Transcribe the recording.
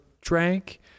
drank